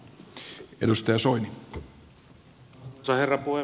arvoisa herra puhemies